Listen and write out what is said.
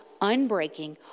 unbreaking